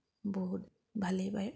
বহুত ভালেই পায়